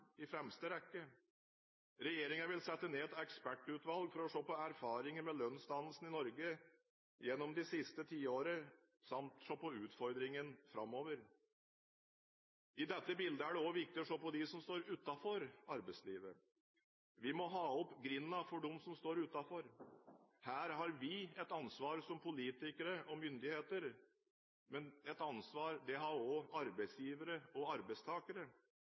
i fremste rekke. Regjeringen vil sette ned et ekspertutvalg for å se på erfaringene med lønnsdannelsen i Norge gjennom det siste tiåret samt se på utfordringene framover. I dette bildet er det også viktig å se på dem som står utenfor arbeidslivet. Vi må åpne grinden for dem som står utenfor. Her har vi et ansvar som politikere og myndigheter, men ansvar har også arbeidsgivere og arbeidstakere.